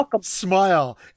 smile